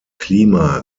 klima